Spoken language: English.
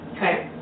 Okay